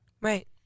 right